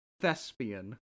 Thespian